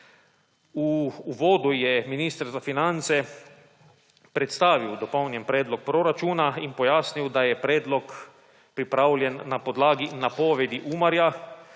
V uvodu je minister za finance predstavil dopolnjen predlog proračuna in pojasnil, da je predlog pripravljen na podlagi napovedi Umarja,